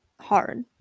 hard